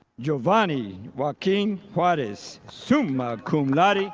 jovani joaquin juarez, summa cum laude,